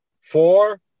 four